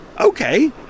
Okay